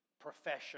profession